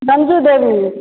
Ranju Devi